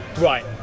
right